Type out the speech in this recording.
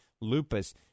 lupus